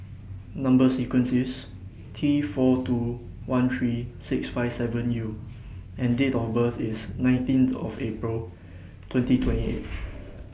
Number sequence IS T four two one three six five seven U and Date of birth IS nineteenth of April twenty twenty eight